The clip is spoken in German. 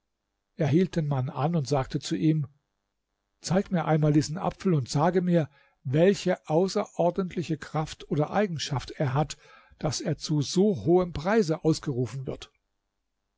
den mann an und sagte zu ihm zeig mir einmal diesen apfel und sage mir welche außerordentliche kraft oder eigenschaft er hat daß er zu so hohem preise ausgerufen wird